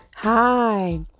Hi